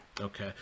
Okay